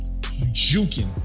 juking